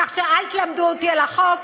כך שאל תלמדו אותי על החוק,